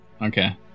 Okay